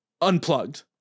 unplugged